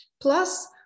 Plus